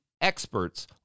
experts